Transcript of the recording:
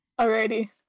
Alrighty